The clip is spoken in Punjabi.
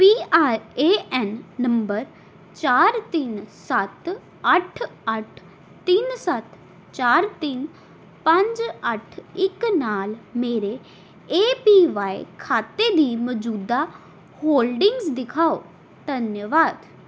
P R A N number ਚਾਰ ਤਿੰਨ ਸੱਤ ਅੱਠ ਅੱਠ ਤਿੰਨ ਸੱਤ ਚਾਰ ਤਿੰਨ ਪੰਜ ਅੱਠ ਇੱਕ ਨਾਲ ਮੇਰੇ ਏ ਪੀ ਵਾਏ ਖਾਤੇ ਦੀ ਮੌਜੂਦਾ ਹੋਲਡਿੰਗਜ਼ ਦਿਖਾਓ ਧੰਨਵਾਦ